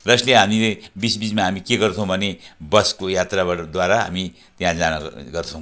र यसले हामीले बिच बिचमा हामी के गर्छौँ भने बसको यात्राबाट द्वारा हामी त्यहाँ जाने गर्छौँ